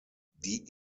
die